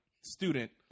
student